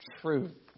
truth